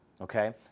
Okay